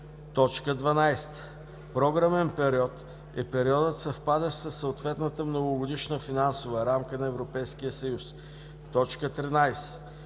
12. „Програмен период“ е периодът, съвпадащ със съответната многогодишна финансова рамка на Европейския съюз. 13.